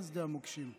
תשאירו שדה מוקשים פעיל.